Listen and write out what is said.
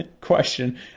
question